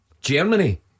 Germany